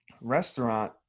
restaurant